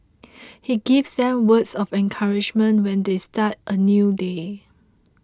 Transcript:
he gives them words of encouragement when they start a new day